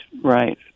right